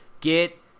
Get